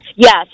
Yes